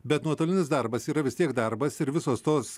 bet nuotolinis darbas yra vis tiek darbas ir visos tos